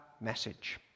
message